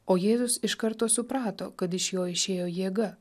o jėzus iš karto suprato kad iš jo išėjo jėga